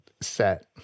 set